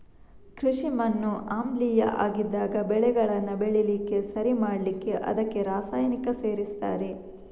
ಕೃಷಿ ಮಣ್ಣು ಆಮ್ಲೀಯ ಆಗಿದ್ದಾಗ ಬೆಳೆಗಳನ್ನ ಬೆಳೀಲಿಕ್ಕೆ ಸರಿ ಮಾಡ್ಲಿಕ್ಕೆ ಅದಕ್ಕೆ ರಾಸಾಯನಿಕ ಸೇರಿಸ್ತಾರೆ